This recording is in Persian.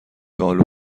آلو